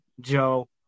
Joe